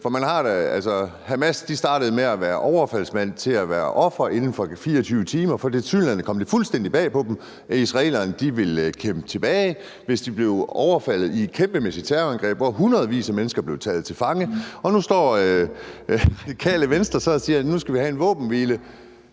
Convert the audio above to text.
Hamas gik fra at være overfaldsmænd til at blive ofre inden for 24 timer, for tilsyneladende kom det fuldstændig bag på dem, at israelerne ville kæmpe tilbage, hvis de blev overfaldet i et kæmpemæssigt terrorangreb, hvor hundredvis af mennesker blev taget til fange. Og nu står Radikale Venstre så og siger, at nu skal vi have en våbenhvile.